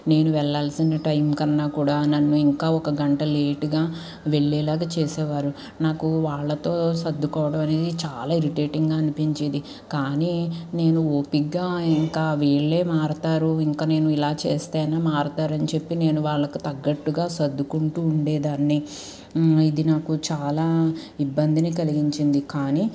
నేను వెళ్లాల్సిన టైం కన్నా కూడా నన్ను ఇంకా ఒక గంట లేటుగా వెళ్లేలాగా చేసేవారు నాకు వాళ్లతో సర్దుకోవడం అనేది చాలా ఇరిటేటింగ్గా అనిపించేది కానీ నేను ఓపిగ్గా ఇంకా వీళ్లే మారుతారు ఇంక నేను ఇలా చేస్తే అన్న మారుతారు అని చెప్పి నేను వాళ్లకు తగ్గట్టుగా సర్దుకుంటూ ఉండేదాన్ని ఇది నాకు చాలా ఇబ్బందిని కలిగించింది కానీ